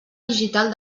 digital